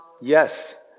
Yes